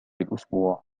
الأسبوع